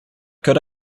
could